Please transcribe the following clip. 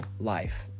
life